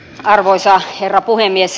arvoisa herra puhemies